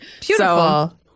Beautiful